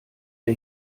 der